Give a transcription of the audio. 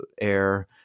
air